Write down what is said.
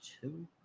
two